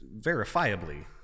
verifiably